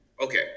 Okay